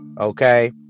okay